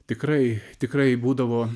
tikrai tikrai būdavo